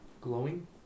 Glowing